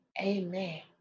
amen